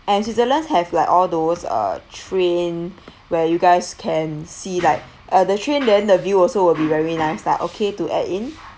and switzerlands have like all those uh train where you guys can see like uh the train then the view also will be very nice lah okay to add in